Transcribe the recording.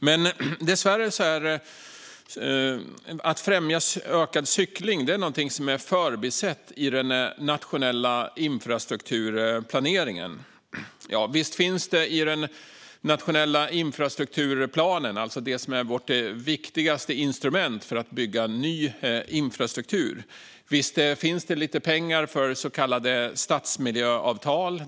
Men att främja ökad cykling är dessvärre något som förbisetts i den nationella infrastrukturplaneringen. Visst finns det lite pengar i den nationella infrastrukturplanen, vårt viktigaste instrument när det gäller att bygga ny infrastruktur, för så kallade stadsmiljöavtal.